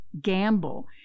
gamble